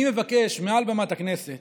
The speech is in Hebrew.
אני מבקש מעל במת הכנסת